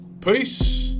Peace